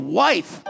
wife